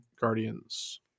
Guardians